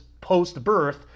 post-birth